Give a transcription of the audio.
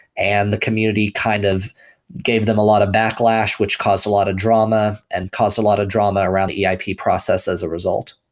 and the community kind of gave them a lot of backlash, which caused a lot of drama and caused a lot of drama around the eip process process as a result.